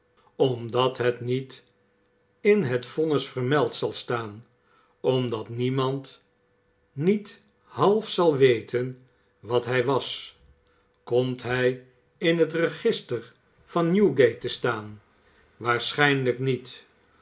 omdat het niet in het vonnis vermeld zal staan omdat niemand niet half zal we en wat hij was komt hij in het register van newgate te staan waarschijnlijk niet